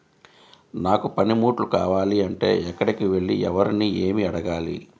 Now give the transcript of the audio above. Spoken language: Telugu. నాకు పనిముట్లు కావాలి అంటే ఎక్కడికి వెళ్లి ఎవరిని ఏమి అడగాలి?